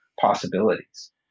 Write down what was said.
possibilities